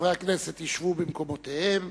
חברי הכנסת ישבו במקומותיהם,